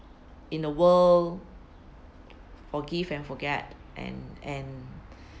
in a world forgive and forget and and